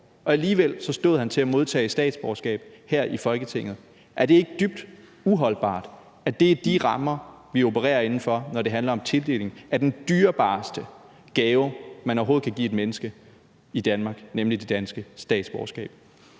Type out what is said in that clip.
som alligevel stod til at modtage et statsborgerskab her i Folketinget. Er det ikke dybt uholdbart, at det er de rammer, vi opererer inden for, når det handler om en tildeling af den dyrebareste gave, man overhovedet kan give et menneske i Danmark, nemlig det danske statsborgerskab?